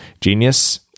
Genius